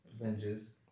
Avengers